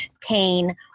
pain